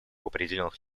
определенных